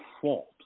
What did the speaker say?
fault